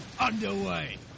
underway